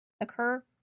occur